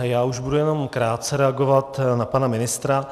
Já už budu jenom krátce reagovat na pana ministra.